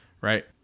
right